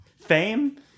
Fame